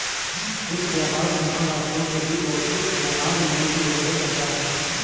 विश्व व्यापार संगठन राष्ट्रों के बीच वैश्विक व्यापार नियमों की देखरेख करता है